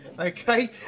Okay